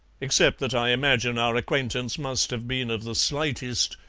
except that i imagine our acquaintance must have been of the slightest,